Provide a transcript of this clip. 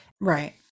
Right